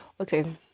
okay